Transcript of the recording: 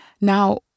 Now